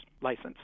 license